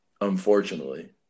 Unfortunately